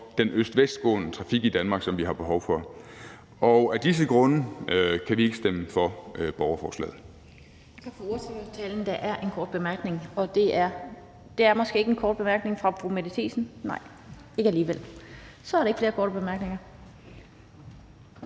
den øst-vest-gående trafik i Danmark, som vi har behov for, og af disse grunde kan vi ikke stemme for borgerforslaget.